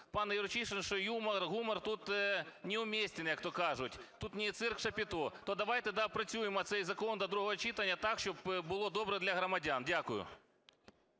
пан Юрчишин, що гумор тут неуместен, як-то кажуть. Тут не цирк Шапіто. То давайте доопрацюємо цей закон до другого читання так, щоб було добре для громадян. Дякую.